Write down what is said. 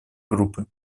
группы